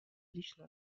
личную